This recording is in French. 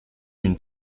d’une